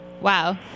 Wow